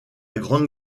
grande